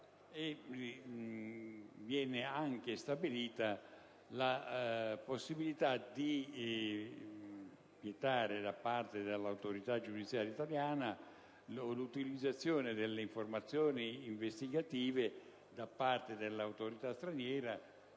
e viene anche stabilita la possibilità di vietare, da parte dell'autorità giudiziaria italiana, l'utilizzazione delle informazioni investigative da parte dell'autorità straniera